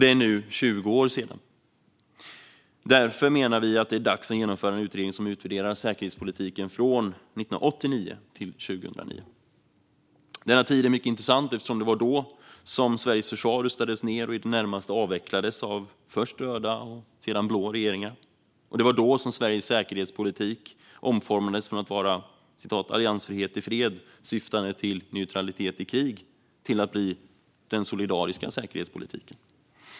Det är nu 20 år sedan. Därför menar vi att det är dags att genomföra en utredning som utvärderar säkerhetspolitiken 1989-2009. Denna tid är mycket intressant, eftersom det var då som Sveriges försvar rustades ned och i det närmaste avvecklades av först röda och sedan blå regeringar. Det var då som Sveriges säkerhetspolitik omformades från att vara "alliansfrihet i fred, syftande till neutralitet i krig" till att bli den solidariska säkerhetspolitiken.